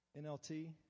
NLT